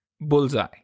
bullseye